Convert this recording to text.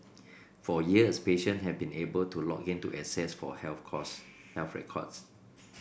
for years patient have been able to log in to access for health cause health records